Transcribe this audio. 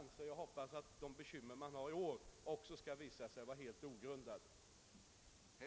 Jag hoppas fördenskull att de bekymmer man har i år också skall visa sig vara helt ogrundade.